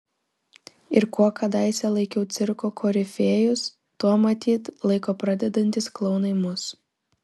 ir kuo kadaise laikiau cirko korifėjus tuo matyt laiko pradedantys klounai mus